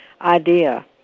idea